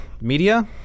media